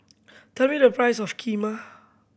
tell me the price of Kheema